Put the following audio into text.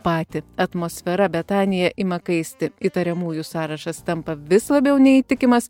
patį atmosfera betanyje ima kaisti įtariamųjų sąrašas tampa vis labiau neįtikimas